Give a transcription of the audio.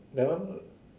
that one